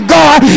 god